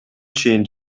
чейин